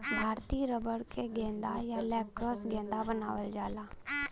भारतीय रबर क गेंदा या लैक्रोस गेंदा बनावल जाला